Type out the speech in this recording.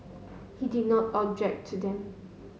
he did not object to them